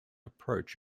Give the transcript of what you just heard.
approach